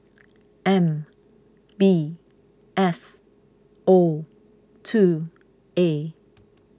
M B S O two A